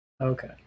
Okay